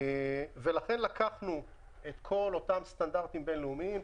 לקחנו את כל אותם סטנדרטים בינלאומיים,